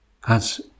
God's